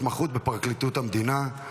התמחות בפרקליטות המדינה.